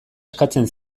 eskatzen